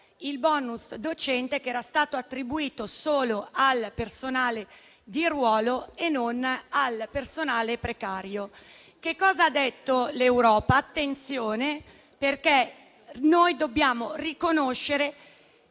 il *bonus* docente che era stato attribuito solo al personale di ruolo e non al personale precario. Che cosa ha detto l'Europa? Attenzione: noi dobbiamo riconoscere